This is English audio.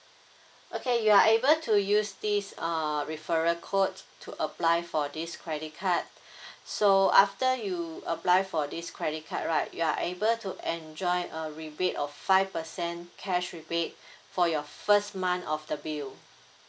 okay you're able to use this uh referral code to apply for this credit card so after you apply for this credit card right you're able to enjoy a rebate of five percent cash rebate for your first month of the bill